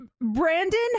Brandon